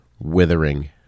withering